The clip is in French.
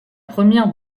première